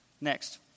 Next